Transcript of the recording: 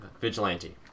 Vigilante